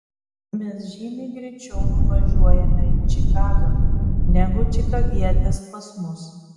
mes žymiai greičiau nuvažiuojame į čikagą negu čikagietis pas mus